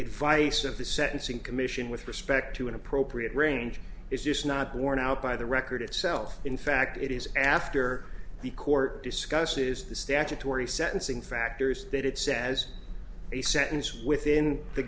it vice of the sentencing commission with respect to an appropriate range is just not borne out by the record itself in fact it is after the court discusses the statutory sentencing factors that it says a sentence within the